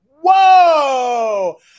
whoa